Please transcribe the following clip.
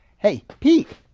hey, pete.